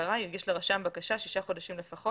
הכרה יגיש לרשם בקשה שישה חודשים לפחות